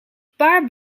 paar